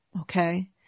Okay